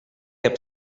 heb